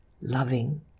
loving